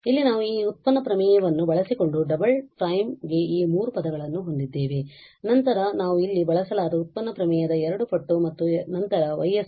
ಇಲ್ಲಿ ನಾವು ಈ ವ್ಯುತ್ಪನ್ನ ಪ್ರಮೇಯವನ್ನು ಬಳಸಿಕೊಂಡು ಡಬಲ್ ಪ್ರೈಮ್ ಗೆ ಈ ಮೂರು ಪದಗಳನ್ನು ಹೊಂದಿದ್ದೇವೆ ನಂತರ ನಾವು ಅಲ್ಲಿ ಬಳಸಲಾದ ವ್ಯುತ್ಪನ್ನ ಪ್ರಮೇಯದ 2 ಪಟ್ಟು ಮತ್ತು ನಂತರ Y